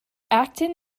acton